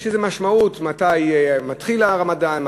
יש לזה משמעות מתי מתחיל הרמדאן,